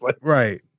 Right